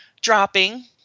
dropping